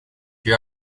you